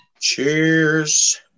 Cheers